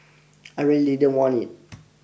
I really don't want it